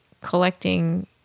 collecting